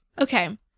Okay